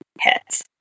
hits